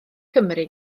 cymru